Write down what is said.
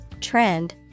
trend